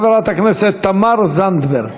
חברת הכנסת תמר זנדברג.